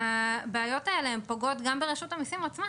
הבעיות האלה פוגעות גם ברשות המיסים עצמה,